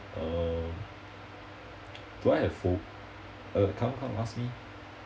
um do I have pho~ uh come come ask me